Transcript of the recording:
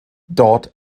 dort